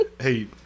hey